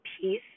peace